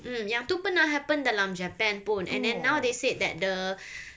mm yang tu pernah happen dalam japan pun and then now they said that the